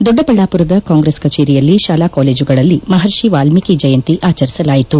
ದೊಡ್ಡಬಳ್ಳಾಮರದ ಕಾಂಗ್ರೆಸ್ ಕಚೇರಿಯಲ್ಲಿ ಶಾಲಾ ಕಾಲೇಜುಗಳಲ್ಲಿ ಮಹರ್ಷಿ ವಾಲ್ಮೀಕಿ ಜಯಂತಿ ಆಚರಿಸಲಾಯಿತು